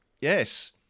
Yes